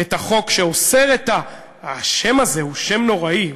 את החוק שאוסר את, השם הזה הוא שם נוראי.